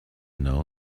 know